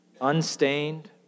unstained